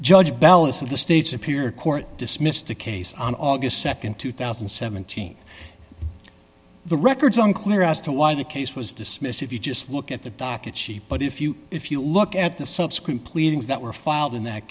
judge ballasts of the state's appear court dismissed the case on august nd two thousand and seventeen the records unclear as to why the case was dismissed if you just look at the docket she but if you if you look at the subsequent pleadings that were filed in that